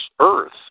earth